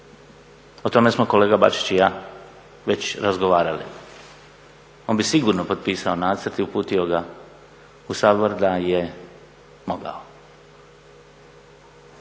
O tome smo kolega Bačić i ja već razgovarali. On bi sigurno potpisao nacrt i uputio ga u Sabor da je mogao.